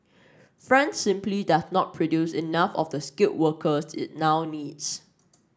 France simply does not produce enough of the skilled workers it now needs